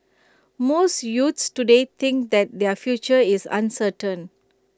most youths today think that their future is uncertain